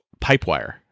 Pipewire